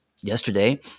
yesterday